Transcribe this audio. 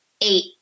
eight